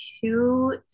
two